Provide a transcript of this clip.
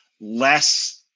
less